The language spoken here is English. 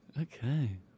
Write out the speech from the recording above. Okay